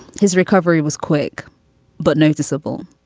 his recovery was quick but noticeable.